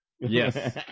Yes